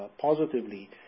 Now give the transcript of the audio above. positively